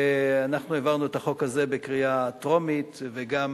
העברנו את החוק הזה בקריאה טרומית וגם